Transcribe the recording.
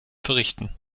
verrichten